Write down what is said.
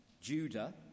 Judah